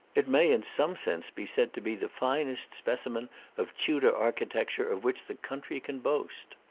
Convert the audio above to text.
it may in some sense be said to be the finest specimen of tudor architecture of which the country can boast.